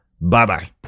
Bye-bye